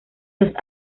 los